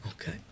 Okay